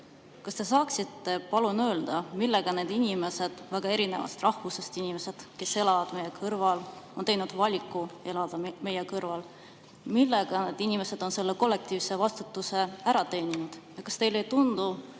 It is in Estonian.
Kas te saaksite palun öelda, millega need inimesed, väga erinevast rahvusest inimesed, kes elavad meie kõrval ja on teinud valiku elada meie kõrval, on selle kollektiivse vastutuse ära teeninud? Kas teile ei tundu,